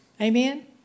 Amen